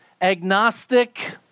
agnostic